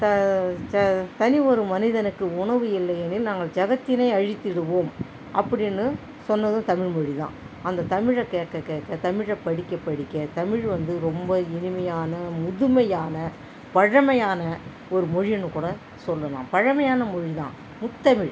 தனி ஒரு மனிதனுக்கு உணவு இல்லையெனில் நாங்கள் ஜகத்தினை அழித்திடுவோம் அப்படினு சொன்னதும் தமிழ் மொழிதான் அந்த தமிழை கேட்க கேட்க தமிழை படிக்க படிக்க தமிழ் வந்து ரொம்ப இனிமையான முதுமையான பழமையான ஒரு மொழின்னு கூட சொல்லலாம் பழமையான மொழிதான் முத்தமிழ்